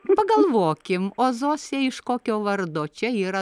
pagalvokim o zosė iš kokio vardo čia yra